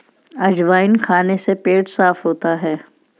अजवाइन खाने से पेट साफ़ होता है